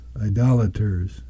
idolaters